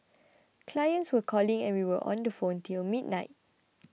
clients were calling and we were on the phone till midnight